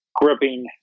gripping